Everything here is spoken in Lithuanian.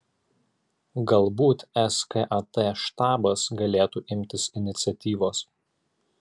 galbūt skat štabas galėtų imtis iniciatyvos